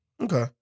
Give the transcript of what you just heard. Okay